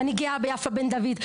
ואני גאה ביפה בן דויד,